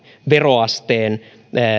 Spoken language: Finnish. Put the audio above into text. veroasteen